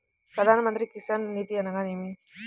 ప్రధాన మంత్రి కిసాన్ నిధి అనగా నేమి?